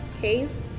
case